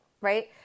Right